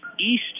East